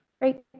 Great